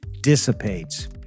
dissipates